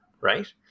right